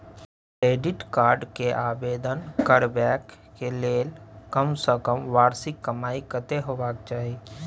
Credit card के आवेदन करबैक के लेल कम से कम वार्षिक कमाई कत्ते होबाक चाही?